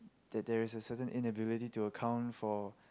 that there is a certain inability to account for